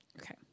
Okay